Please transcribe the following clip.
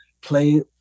play